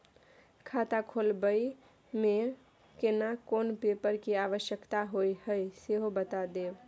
खाता खोलैबय में केना कोन पेपर के आवश्यकता होए हैं सेहो बता देब?